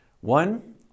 One